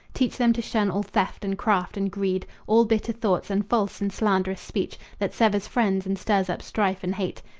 teach them to shun all theft and craft and greed, all bitter thoughts, and false and slanderous speech that severs friends and stirs up strife and hate.